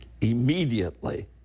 immediately